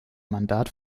mandat